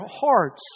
hearts